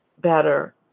better